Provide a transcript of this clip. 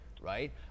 right